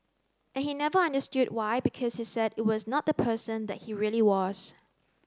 and he never understood why because he said it was not the person that he really was